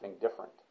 different